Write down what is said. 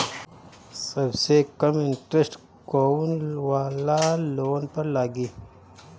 सबसे कम इन्टरेस्ट कोउन वाला लोन पर लागी?